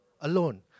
Alone